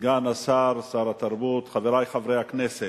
סגן השר, שר התרבות, חברי חברי הכנסת,